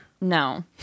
No